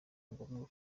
ngombwa